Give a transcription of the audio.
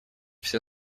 все